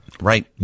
Right